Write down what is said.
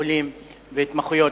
בית-חולים והתמחויות,